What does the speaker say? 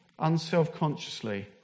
unselfconsciously